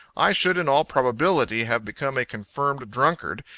i should in all probability have become a confirmed drunkard,